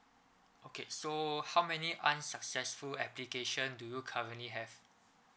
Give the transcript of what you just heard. okay so how many unsuccessful application do you currently have